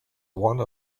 one